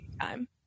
time